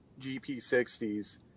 GP60s